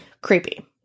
creepy